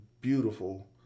beautiful